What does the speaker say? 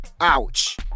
ouch